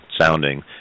sounding